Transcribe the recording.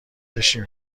بشین